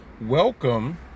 Welcome